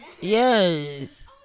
Yes